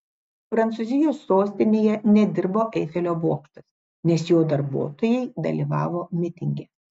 prancūzijos sostinėje nedirbo eifelio bokštas nes jo darbuotojai dalyvavo mitinge